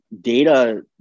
data